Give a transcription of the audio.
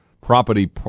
property